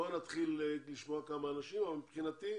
מבחינתי,